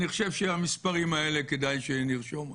אני חושב שהמספרים האלה, כדאי שנרשום אותם.